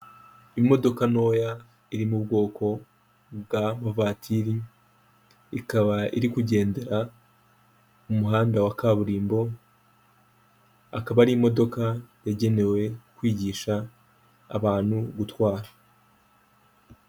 Imodoka ntoya iri mu ubwoko bw'amavatiri, ikaba iri kugendera mu muhanda wa kaburimbo, akaba ari imodoka yagenewe kwigisha abantu gutwara.